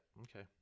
okay